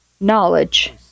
knowledge